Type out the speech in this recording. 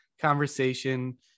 conversation